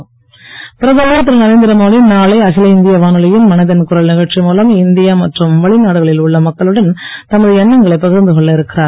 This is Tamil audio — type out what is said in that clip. மனதின் குரல் பிரதமர் திரு நரேந்திரமோடி நாளை அகில இந்திய வானொலியின் மனதின் குரல் நிகழ்ச்சி மூலம் இந்தியா மற்றும் வெளிநாடுகளில் உள்ள மக்களுடன் தமது எண்ணங்களை பகிர்ந்து கொள்ள இருக்கிறார்